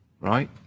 Right